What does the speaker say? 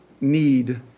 need